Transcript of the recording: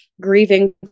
grieving